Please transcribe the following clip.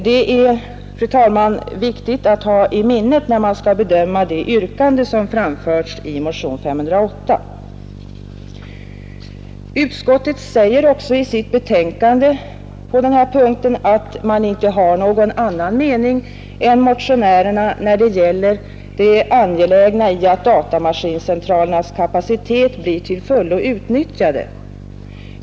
Det är, fru talman, viktigt att ha det i minnet när man skall bedöma det yrkande som framförts i motionen 508. Utskottet säger också i sitt betänkande på denna punkt att man inte har någon annan mening än motionärerna när det gäller det angelägna i att datamaskincentralernas kapacitet blir till fullo utnyttjad.